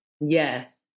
Yes